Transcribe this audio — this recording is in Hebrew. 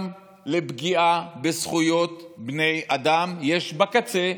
גם לפגיעה בזכויות בני אדם יש, בקצה,